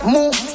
Move